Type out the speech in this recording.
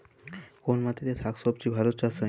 কোন মাটিতে শাকসবজী ভালো চাষ হয়?